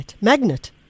magnet